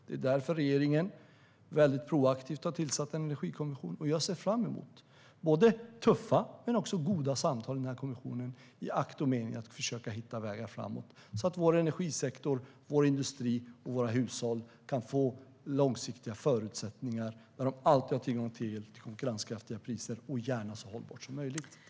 Det är därför regeringen väldigt proaktivt har tillsatt en energikommission. Jag ser fram emot tuffa men också goda samtal med kommissionen för att hitta vägar framåt, så att vår energisektor, vår industri och våra hushåll kan få långsiktiga förutsättningar och tillgång till el till konkurrenskraftiga priser, gärna så hållbart som möjligt.